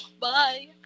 Bye